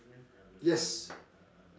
yes